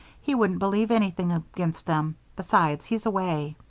he wouldn't believe anything against them besides, he's away.